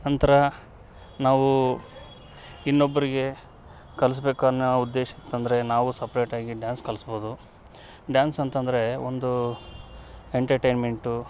ನಂತರ ನಾವು ಇನ್ನೊಬ್ಬರಿಗೆ ಕಲಿಸ್ಬೇಕ್ ಅನ್ನೋ ಉದ್ದೇಶ ಇತ್ತಂದರೆ ನಾವು ಸಪ್ರೇಟಾಗಿ ಡ್ಯಾನ್ಸ್ ಕಲಿಸ್ಬೋದು ಡ್ಯಾನ್ಸ್ ಅಂತಂದರೆ ಒಂದು ಎಂಟರ್ಟೈನ್ಮೆಂಟು